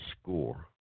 score